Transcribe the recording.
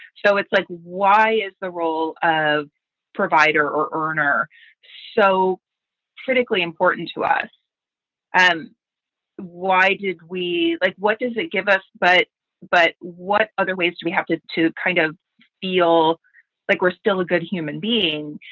so it's like, why is the role of provider or earner so critically important to us and why did we. like, what does it give us? but but what other ways do we have to to kind of feel like we're still a good human being,